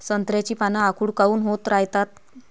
संत्र्याची पान आखूड काऊन होत रायतात?